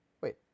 Wait